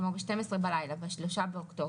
כלומר ב-12 בלילה ב-3.10.